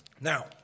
Now